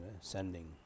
sending